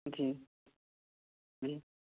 جی جی